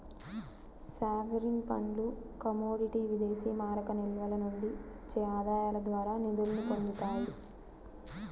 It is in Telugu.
సావరీన్ ఫండ్లు కమోడిటీ విదేశీమారక నిల్వల నుండి వచ్చే ఆదాయాల ద్వారా నిధుల్ని పొందుతాయి